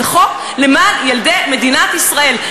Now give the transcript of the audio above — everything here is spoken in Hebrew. זה חוק למען ילדי מדינת ישראל.